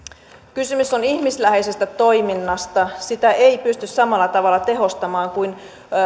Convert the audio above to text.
kysymys on ihmisläheisestä toiminnasta sitä ei pysty samalla tavalla tehostamaan kuin